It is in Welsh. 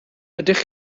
ydych